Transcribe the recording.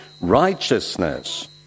righteousness